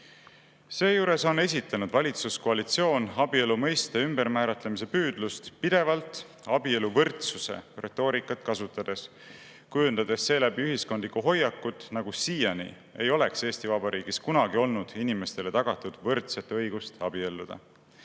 Seejuures on esitanud valitsuskoalitsioon abielu mõiste ümbermääratlemise püüdlust pidevalt abieluvõrdsuse retoorikat kasutades, kujundades seeläbi ühiskondlikku hoiakut, nagu siiani ei oleks Eesti Vabariigis kunagi olnud inimestele tagatud võrdset õigust abielluda.